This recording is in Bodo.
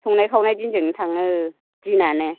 संनाय खावनाय दिनजोंनो थाङो दिनानो